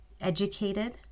educated